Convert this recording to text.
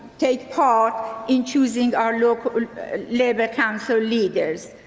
take part in using our local labour council leaders.